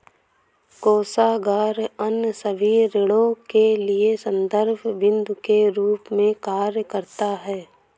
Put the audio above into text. कोषागार अन्य सभी ऋणों के लिए संदर्भ बिन्दु के रूप में कार्य करता है